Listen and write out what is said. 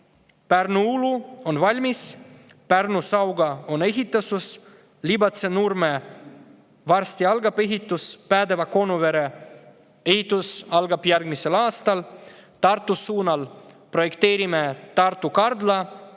Pärnu-Uulu valmis, Pärnu-Sauga on ehituses, Libatse-Nurme ehitus varsti algab ja Päädeva-Konuvere ehitus algab järgmisel aastal. Tartu suunal projekteerime Tartu-Kardla